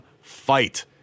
fight